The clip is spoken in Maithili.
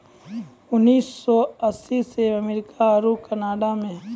उन्नीस सौ अस्सी से अमेरिका आरु कनाडा मे